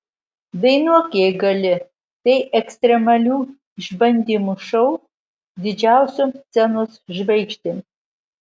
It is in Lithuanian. dainuok jei gali tai ekstremalių išbandymų šou didžiausioms scenos žvaigždėms